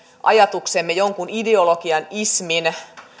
ajatuksemme jonkun ideologian ismin